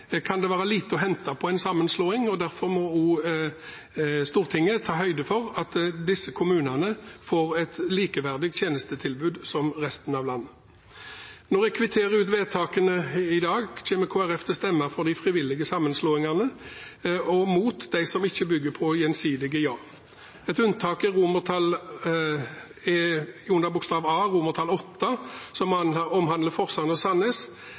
kan det være lite å hente på en sammenslåing, og derfor må også Stortinget ta høyde for at disse kommunene får et likeverdig tjenestetilbud med resten av landet. Når jeg kvitterer ut vedtakene i dag, kommer Kristelig Folkeparti til å stemme for de frivillige sammenslåingene og mot dem som ikke bygger på gjensidige ja. Et unntak er under A. VIII, som omhandler Forsand og